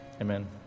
Amen